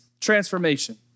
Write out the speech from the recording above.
transformation